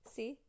See